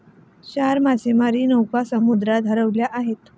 चार मासेमारी नौका समुद्रात हरवल्या आहेत